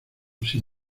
sin